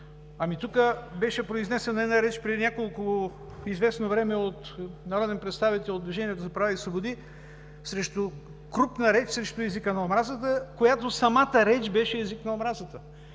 Ами тук беше произнесена една реч преди известно време от народен представител от Движението за права и свободи срещу езика на омразата, като самата реч беше език на омразата.